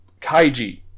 Kaiji